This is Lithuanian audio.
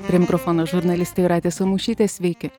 prie mikrofono žurnalistė jūratė samušytė sveiki